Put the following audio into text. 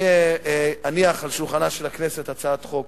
אני אניח על שולחנה של הכנסת הצעת חוק,